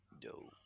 Dope